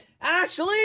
Ashley